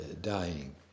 dying